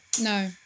No